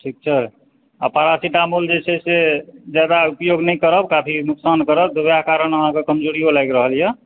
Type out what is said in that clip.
ठीक छै आ पारासिटामोल जे छै से जादा उपयोग नहि करब काफी नुकसान करत तऽ ओएह कारण अहाँकऽ कमजोरियो लागि रहल यऽ